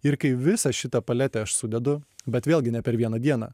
ir kai visą šitą paletę aš sudedu bet vėlgi ne per vieną dieną